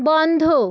বন্ধ